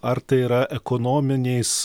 ar tai yra ekonominiais